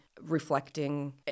reflecting